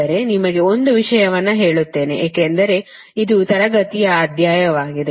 ಆದರೆ ನಿಮಗೆ ಒಂದು ವಿಷಯವನ್ನು ಹೇಳುತ್ತೇನೆ ಏಕೆಂದರೆ ಇದು ತರಗತಿಯ ವ್ಯಾಯಾಮವಾಗಿದೆ